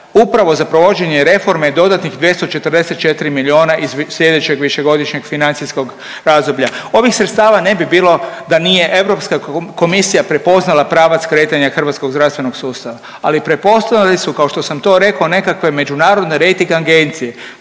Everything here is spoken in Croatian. upravo za provođenje reforme dodatnih 244 miliona iz slijedećeg višegodišnjeg financijskog razdoblja. Ovih sredstava ne bi bilo da nije Europska komisija prepoznala pravac kretanja hrvatskog zdravstvenog sustava, ali prepoznali su kao što sam to rekao nekakve međunarodne rejting agencije